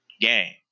game